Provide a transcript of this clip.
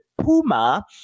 Puma